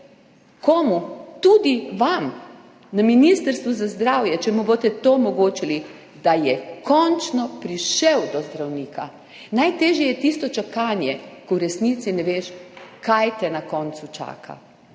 komu? Tudi vam na Ministrstvu za zdravje, če mu boste omogočili to, da je končno prišel do zdravnika. Najtežje je tisto čakanje, ko v resnici ne veš, kaj te na koncu čaka.